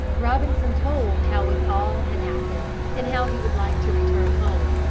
robinson told how it all had happened and how he would like to return home.